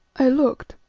i looked,